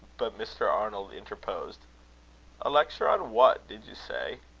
but mr. arnold interposed a lecture on what, did you say?